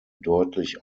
deutlich